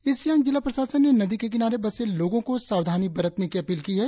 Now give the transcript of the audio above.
east Siang जिला प्रशासन ने नदी के किनारे बसे लोगों को सावधनी बरतने की अपील की है